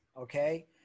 Okay